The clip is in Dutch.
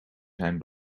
zijn